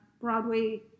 Broadway